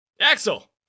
Axel